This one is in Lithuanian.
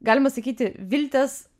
galima sakyti viltės